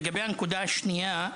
לגבי הנקודה השנייה,